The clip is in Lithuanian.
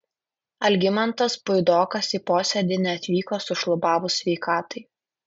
algimantas puidokas į posėdį neatvyko sušlubavus sveikatai